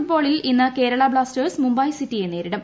ഫുട്ബോളിൽ ഇന്ന് കേരളാ ബ്ലാസ്റ്റേഴ്സ് മുംബൈ സിറ്റിയെ നേരിടും